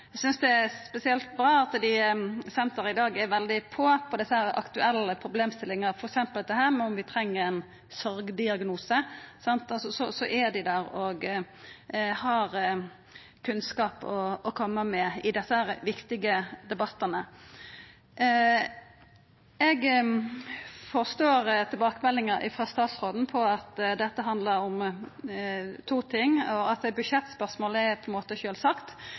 Eg synest det er spesielt bra at senteret i dag er veldig på desse aktuelle problemstillingane, f.eks. dette med om vi treng ein sorgdiagnose. Dei er der og har kunnskap å koma med i desse viktige debattane. Eg forstår tilbakemeldinga frå statsråden slik at dette handlar om to ting. Budsjettspørsmålet er på ein måte sjølvsagt. Når det gjeld organisering, veit ikkje eg nok om det, men eg forstår at viss det er